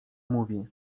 mówi